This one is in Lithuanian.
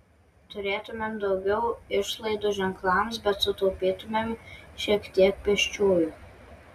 turėtumėm daugiau išlaidų ženklams bet sutaupytumėm šiek tiek pėsčiųjų